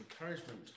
encouragement